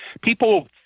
people